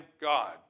God